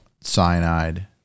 cyanide